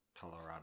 colorado